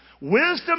wisdom